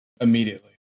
immediately